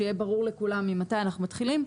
שיהיה ברור לכולם ממתי אנחנו מתחילים,